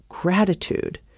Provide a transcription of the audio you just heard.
gratitude